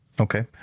okay